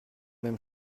même